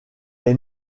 est